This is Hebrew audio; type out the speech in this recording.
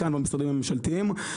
כאן במשרדים הממשלתיים.